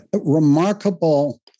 remarkable